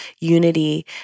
unity